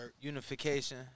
unification